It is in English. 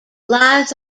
lies